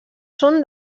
són